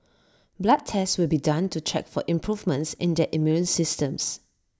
blood tests will be done to check for improvements in their immune systems